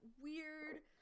weird